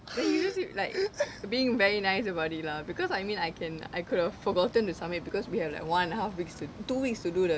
he just being like being very nice about it lah because I mean I can I could have forgotten to submit because we have like one and a half weeks to two weeks to do the quiz